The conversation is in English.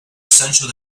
essential